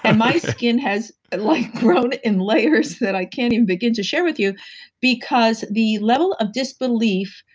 and my skin has like grown in layers that i can't even begin to share with you because the level of disbelief,